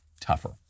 tougher